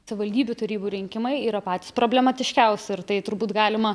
savivaldybių tarybų rinkimai yra patys problematiškiausi ir tai turbūt galima